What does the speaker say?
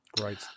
Great